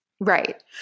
Right